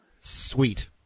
Sweet